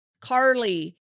Carly